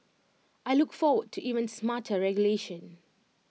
I look forward to even smarter regulation